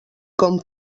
com